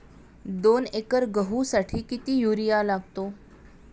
दोन एकर गहूसाठी किती युरिया लागतो?